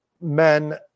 men